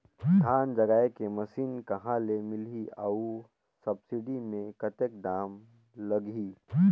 धान जगाय के मशीन कहा ले मिलही अउ सब्सिडी मे कतेक दाम लगही?